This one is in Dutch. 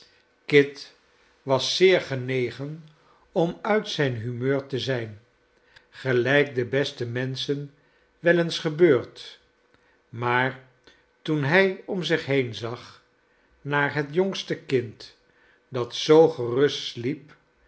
kit was zeer genegen om uit zijn humeur te zijn gelijk den besten menschen wel eens gebeurt maar toen hij om zich heen zag naar het jongste kind dat zoo gerust sliep